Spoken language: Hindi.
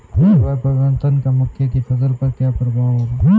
जलवायु परिवर्तन का मक्के की फसल पर क्या प्रभाव होगा?